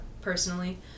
personally